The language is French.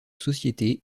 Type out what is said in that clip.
société